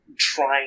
trying